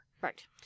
Right